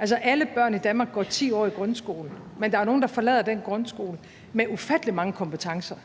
Altså, alle børn i Danmark går 10 år i grundskolen, men der er jo nogle, der forlader den grundskole med ufattelig mange kompetencer,